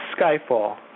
Skyfall